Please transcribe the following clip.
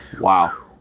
Wow